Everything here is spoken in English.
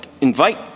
invite